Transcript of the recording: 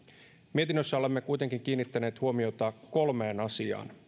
mietinnössä olemme kuitenkin kiinnittäneet huomiota kolmeen asiaan